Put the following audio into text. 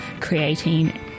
creating